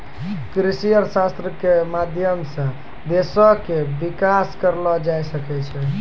कृषि अर्थशास्त्रो के माध्यम से देशो के विकास करलो जाय सकै छै